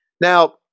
Now